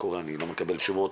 אני לא מקבל תשובות,